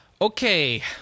Okay